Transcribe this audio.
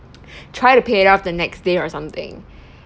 try to pay it off the next day or something